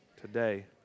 today